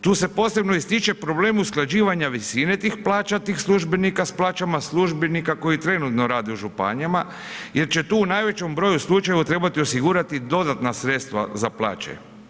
Tu se posebno ističe problem usklađivanja visine tih plaća tih službenika s plaćama službenika koji trenutno rade u županijama jer će tu u najvećem broju slučajeva trebati osigurati dodatna sredstva za plaće.